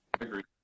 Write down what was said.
agreed